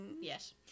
Yes